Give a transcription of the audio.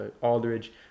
Aldridge